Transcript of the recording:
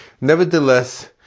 Nevertheless